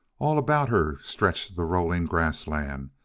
all about her stretched the rolling grass land,